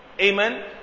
Amen